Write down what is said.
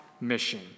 mission